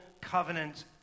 covenant